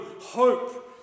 hope